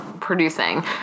producing